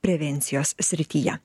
prevencijos srityje